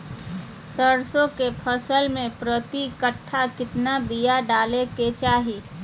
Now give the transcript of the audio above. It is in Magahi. सरसों के फसल में प्रति कट्ठा कितना बिया डाले के चाही?